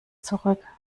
zurück